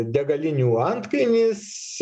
degalinių antkainis